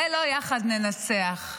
זה לא "יחד ננצח",